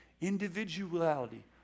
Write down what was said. Individuality